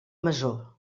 masó